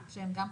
שהם גם חשובים.